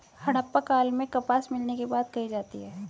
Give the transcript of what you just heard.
हड़प्पा काल में भी कपास मिलने की बात कही जाती है